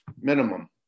minimum